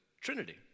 Trinity